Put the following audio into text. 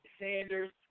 Sanders